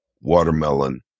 watermelon